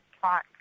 plot